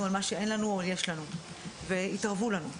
על מה שאין לנו או יש לנו והתערבו לנו.